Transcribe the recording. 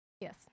Yes